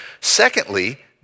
Secondly